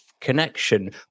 connection